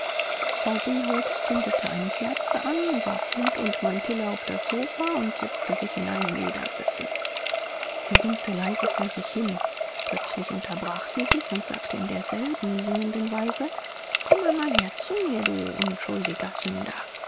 frau behold zündete eine kerze an warf hut und mantille auf das sofa und setzte sich in einen ledersessel sie summte leise vor sich hin plötzlich unterbrach sie sich und sagte in derselben singenden weise komm einmal her zu mir du unschuldiger sünder